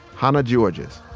hannah giorgis,